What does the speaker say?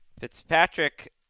Fitzpatrick –